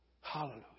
Hallelujah